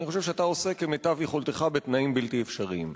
אני חושב שאתה עושה כמיטב יכולתך בתנאים בלתי אפשריים.